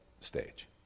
stage